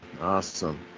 awesome